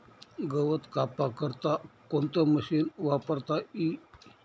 गवत कापा करता कोणतं मशीन वापरता ई?